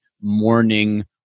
morning